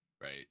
Right